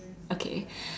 okay